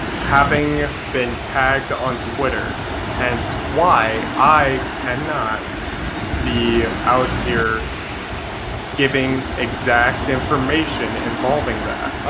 having been tagged on twitter hence why i cannot be out here giving exact information involving that.